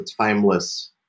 timeless